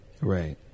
Right